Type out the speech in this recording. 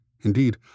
Indeed